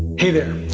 hi there.